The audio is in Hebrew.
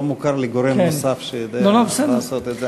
לא מוכר לי גורם נוסף שיכול לעשות את זה.